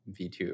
V2